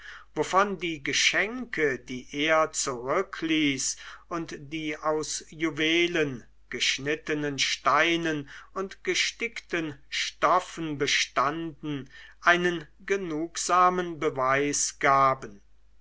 wovon die geschenke die er zurückließ und die aus juwelen geschnittenen steinen und gestickten stoffen bestanden einen genugsamen beweis gaben